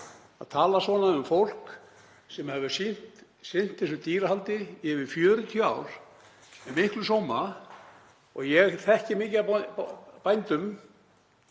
að tala svona um fólk sem hefur sinnt þessu dýrahaldi í yfir 40 ár með miklum sóma. Ég þekki marga bændur